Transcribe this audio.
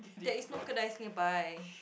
there is no kedai nearby